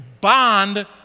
bond